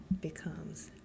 becomes